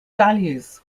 values